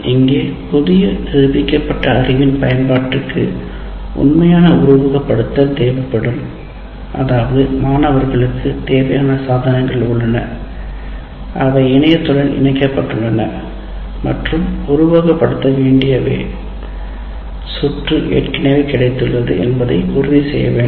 இங்கே புதிய நிரூபிக்கப்பட்ட அறிவின் பயன்பாட்டிற்கு உண்மையான உருவகப்படுத்துதல் தேவைப்படும் அதாவது மாணவர்களுக்கு தேவையான சாதனங்கள் உள்ளன அவை இணையத்துடன் இணைக்கப்பட்டுள்ளன மற்றும் உருவகப்படுத்தப்பட வேண்டிய சுற்று ஏற்கனவே கிடைத்துள்ளது என்பதை உறுதி செய்ய வேண்டும்